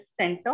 center